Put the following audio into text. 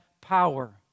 power